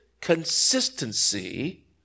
consistency